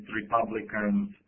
republicans